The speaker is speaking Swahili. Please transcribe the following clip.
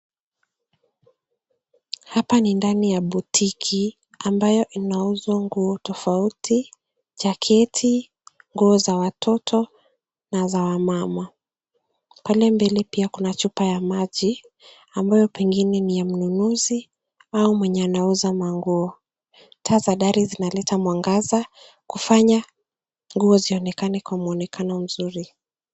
Hapa ni ndani ya boutique ambayo inauzwa nguo tofauti jaketi, nguo za watoto na za wamama. Pale mbele pia kuna chupa ya maji ambayo pengine ni ya mnunuzi au mwenye anauza manguo. Taa za dari zinaleta mwangaza kufanya nguo zionekane kwa mwonekano mzuri.